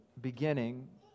beginning